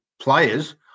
players